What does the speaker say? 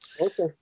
Okay